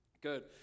Good